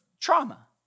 trauma